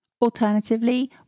Alternatively